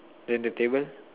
then the table